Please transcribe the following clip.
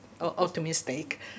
optimistic